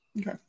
okay